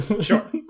sure